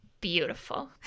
Beautiful